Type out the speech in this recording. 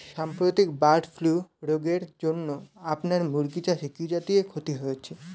সাম্প্রতিক bird flu রোগের জন্য আপনার মুরগি চাষে কি জাতীয় ক্ষতি হয়েছে?